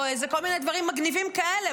או כל מיני דברים מגניבים כאלה,